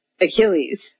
Achilles